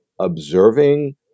observing